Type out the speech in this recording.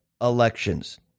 elections